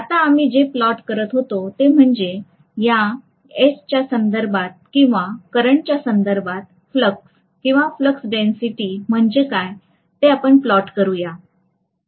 आता आम्ही जे प्लॉट करत होतो ते म्हणजे या H च्या संदर्भात किंवा करंटच्या संदर्भात फ्लक्स किंवा फ्लक्स डेन्सिटी म्हणजे काय ते आपण प्लॉट करूया